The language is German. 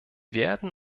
werden